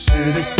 City